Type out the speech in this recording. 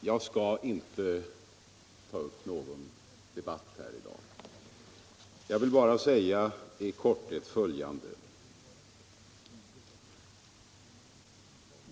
Herr talman! Jag skall inte ta upp någon debatt här i dag utan vill bara i korthet säga följande.